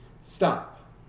Stop